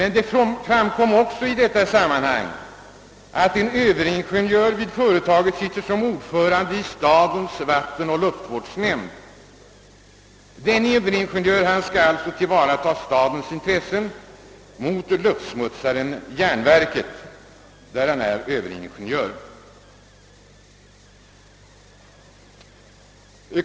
I detta sammanhang framkom också att en överingenjör i företaget sitter som ordförande i stadens vattenoch luftvårdsnämnd. Denne skall alltså tillvarata stadens intressen mot luftsmutsaren Domnarfvets jernverk där han är överingenjör.